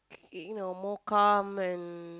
you know more calm and